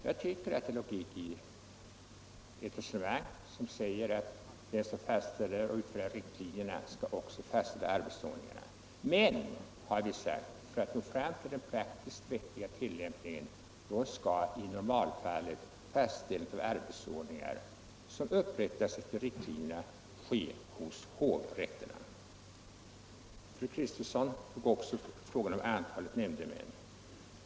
Jag tycker det är logik i ett resonemang som säger att den som fastställer och utfärdar riktlinjerna också skall fastställa arbetsordningarna. Men, har vi sagt, för att nå fram till den praktiskt vettiga tillämpningen skall i normalfallet fastställande av arbetsordningar som upprättas efter riktlinjerna ske hos hovrätterna. Fru Kristensson tog också upp frågan om antalet nämndemän.